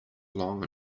long